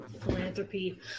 philanthropy